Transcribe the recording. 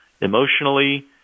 emotionally